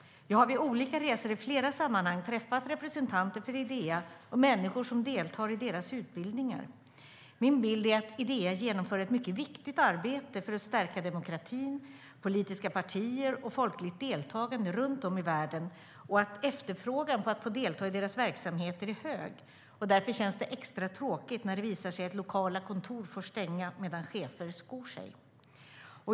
Jag har på olika resor i flera sammanhang träffat representanter för Idea och människor som deltar i deras utbildningar. Min bild är att Idea genomför ett mycket viktigt arbete för att stärka demokratin, politiska partier och folkligt deltagande runt om i världen och att efterfrågan på att få delta i deras verksamheter är hög. Därför känns det extra tråkigt att lokala kontor får stänga medan chefer skor sig.